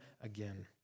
again